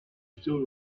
still